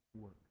work